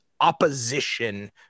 opposition